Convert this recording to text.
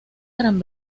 gran